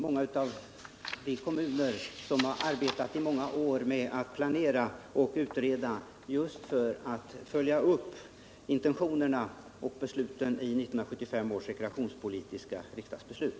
Många av de berörda kommunerna har under många år arbetat med planering och utredningar just för att följa upp intentionerna i 1975 års rekreationspolitiska riksdagsbeslut.